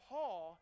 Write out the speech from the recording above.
Paul